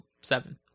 seven